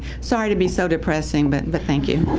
sorry to be so depressing, but and thank you.